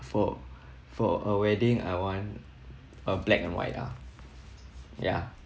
for for a wedding I want a black and white ah ya